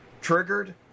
Triggered